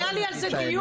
היה לי על זה דיון.